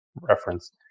reference